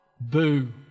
Boo